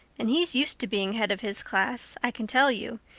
and he's used to being head of his class, i can tell you.